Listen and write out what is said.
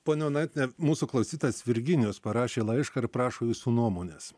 ponia onaitiene mūsų klausytojas virginijus parašė laišką ir prašo jūsų nuomonės